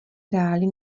hráli